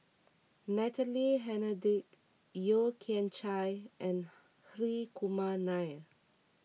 Natalie Hennedige Yeo Kian Chai and Hri Kumar Nair